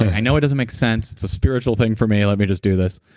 i know it doesn't make sense, it's a spiritual thing for me, let me just do this